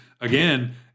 again